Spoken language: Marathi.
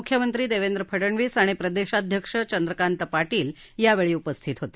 मुख्यमंत्री देवेंद्र फडणवीस आणि प्रदेशाध्यक्ष चंद्रकांत पाटील उपस्थित होते